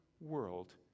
world